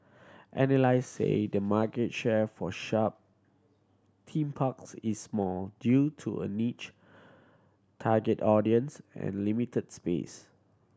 analyst say the market share for shut team parks is small due to a niche target audience and limited space